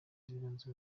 zibanze